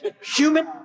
Human